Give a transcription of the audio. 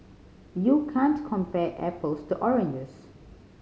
you can't compare apples to oranges